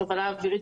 בתובלה אווירית,